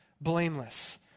blameless